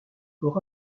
pour